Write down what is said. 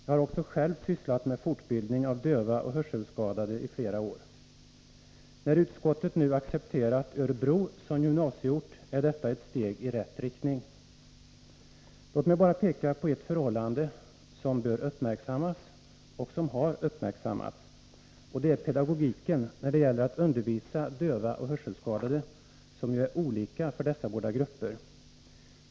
Jag har också själv sysslat med fortbildning av döva och hörselskadade i flera år. När utskottet accepterat Örebro som gymnasieort, är detta ett steg i rätt riktning. Låt mig bara peka på ett förhållande som bör uppmärksammas och som har uppmärksammats. Jag tänker på pedagogiken när det gäller att undervisa döva och hörselskadade, som ju är olika för dessa båda grupper.